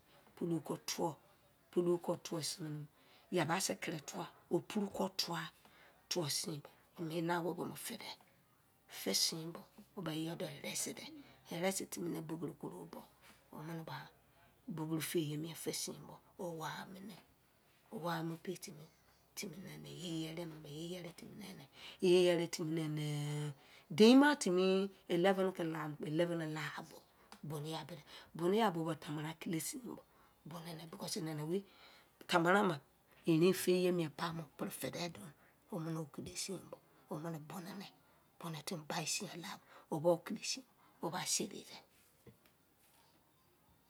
Pulọ ku tuọ pulo ko tusi yabasi kere tuwa opuru kọ tuwa tuwọ sin bọ mẹ ye na owọ bọ mọ fẹdẹ fẹ sin bọ mẹ ba iyọu dọụ rẹsẹ dẹ erẹsẹ timi bubọru korọ bọ wọmẹ nẹ ba buboru fẹ yẹ mien sin bọ ọ wai munẹ wọ wai mu pẹ timi timinẹnẹ iyẹ yerẹdẹ iyẹrẹ timinẹnẹ iyẹrẹ timinẹnẹ deri ma timi eleven kela eleven kẹla kpọ bọnu ya bọ ya bọ dẹ bọnu ya bọ dẹ bonu ya bọ mẹnẹ tamara kile sin bọ bọnu nẹ tamara ma eriri fẹyẹ miẹn pai mọ prẹfẹ dẹ dọnẹ o mẹnẹ kile sin kpo emene bọnu nẹ bọnu timi bai sin yan la sin kpo ọ bọ kilẹsin ọ bọ sẹri dẹ,